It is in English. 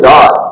God